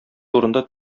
турында